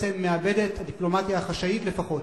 החשאית לפחות,